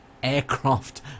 aircraft